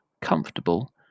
comfortable